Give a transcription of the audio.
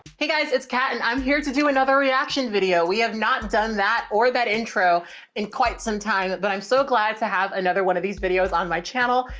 hey guys, it's kat and i'm here to do another reaction video. we have not done that or that intro in quite some time, but i'm so glad to have another one of these videos on my channel.